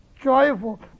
joyful